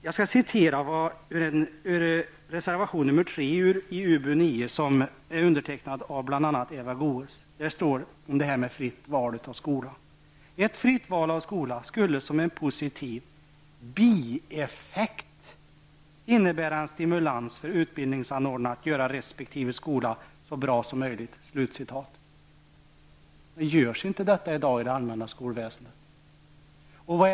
Jag skall göra ett citat ur reservation 3 till betänkandet nr 9, en reservation som är undertecknad bl.a. av Eva Goe s. Där står det om fritt val av skola: ''Ett fritt val av skola skulle som en positiv bieffekt innebära en stimulans för utbildningsanordnarna att göra resp. skola så bra som möjligt.'' -- Men är det inte så i dag i det allmänna skolväsendet?